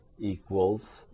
equals